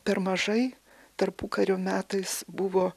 per mažai tarpukario metais buvo